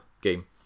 game